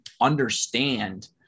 understand